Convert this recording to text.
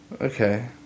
Okay